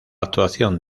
actuación